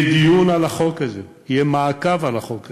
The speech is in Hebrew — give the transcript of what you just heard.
יהיה דיון על החוק הזה, יהיה מעקב על החוק הזה,